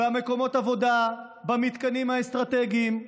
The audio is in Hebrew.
במקומות העבודה, במתקנים האסטרטגיים.